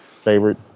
favorite